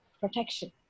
Protection